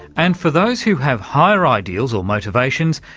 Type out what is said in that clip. and for those who have higher ideals or motivations,